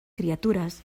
criatures